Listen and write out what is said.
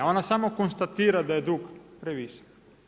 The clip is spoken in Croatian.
Ona samo konstatira da je dug previsok.